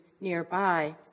nearby